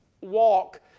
walk